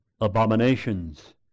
abominations